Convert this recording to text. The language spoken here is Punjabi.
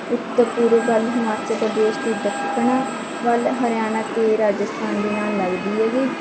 ਉੱਤਰ ਪੂਰਬ ਵੱਲ਼ ਹਿਮਾਚਲ ਪ੍ਰਦੇਸ਼ ਅਤੇ ਦੱਖਣ ਵੱਲ ਹਰਿਆਣਾ ਅਤੇ ਰਾਜਸਥਾਨ ਦੇ ਨਾਲ ਲੱਗਦੀ ਹੈਗੀ